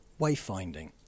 wayfinding